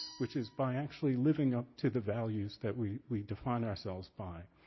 which is by actually living up to the values that we we define ourselves by.